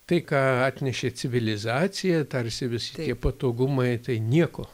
tai ką atnešė civilizacija tarsi visi tie patogumai tai nieko